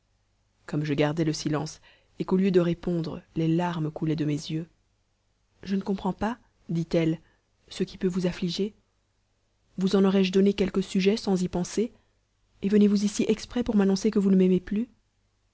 comme je gardais le silence et qu'au lieu de répondre les larmes coulaient de mes yeux je ne comprends pas dit-elle ce qui peut vous affliger vous en aurais-je donné quelque sujet sans y penser et venez-vous ici exprès pour m'annoncer que vous ne m'aimez plus